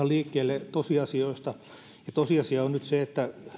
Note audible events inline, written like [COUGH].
[UNINTELLIGIBLE] liikkeelle tosiasioista ja tosiasia on nyt se että